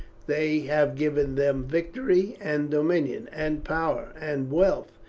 they have given them victory, and dominion, and power, and wealth.